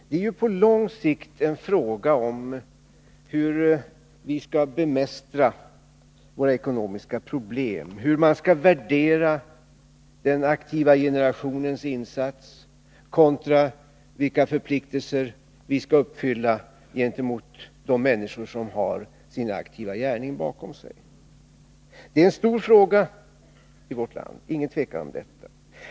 Det är på lång sikt en fråga om hur vi skall bemästra våra ekonomiska problem och hur vi skall värdera den aktiva generationens insats kontra vilka förpliktelser vi skall uppfylla gentemot de människor som har sin aktiva gärning bakom sig. Det är en stor fråga i vårt land — det råder inget tvivel om det.